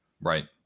Right